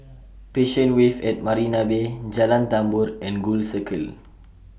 Passion Wave At Marina Bay Jalan Tambur and Gul Circle